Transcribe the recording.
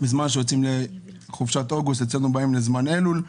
בזמן שיוצאים לחופשת אוגוסט אצלנו באים לזמן אלול.